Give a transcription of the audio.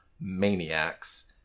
maniacs